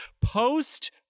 post